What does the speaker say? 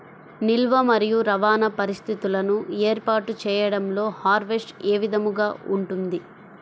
నిల్వ మరియు రవాణా పరిస్థితులను ఏర్పాటు చేయడంలో హార్వెస్ట్ ఏ విధముగా ఉంటుంది?